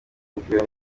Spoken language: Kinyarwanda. umupira